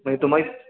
म्हणजे तुम्ही